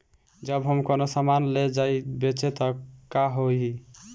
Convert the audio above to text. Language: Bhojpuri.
जब हम कौनो सामान ले जाई बेचे त का होही?